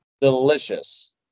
delicious